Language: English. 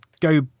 go